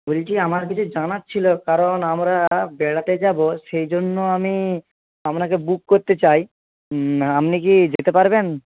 বলছি আমার কিছু জানার ছিলো কারণ আমরা বেড়াতে যাবো সেই জন্য আমি আপনাকে বুক করতে চাই আপনি কি যেতে পারবেন